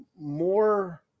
more